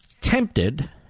Tempted